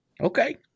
Okay